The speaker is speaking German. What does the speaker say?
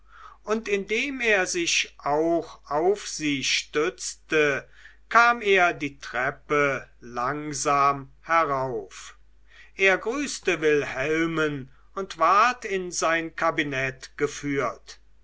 und indem er sich auf sie stützte kam er die treppe langsam herauf er grüßte wilhelmen und ward in sein kabinett geführt